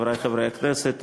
חברי חברי הכנסת,